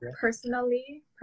personally